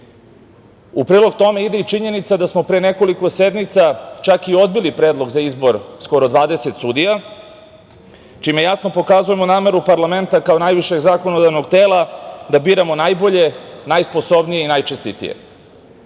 U prilog tome ide i činjenica da smo pre nekoliko sednica čak i odbili predlog za izbor skoro 20 sudija, čime jasno pokazujemo nameru parlamenta, kao najvišeg zakonodavnog tela, da biramo najbolje, najsposobnije i najčestitije.I